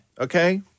Okay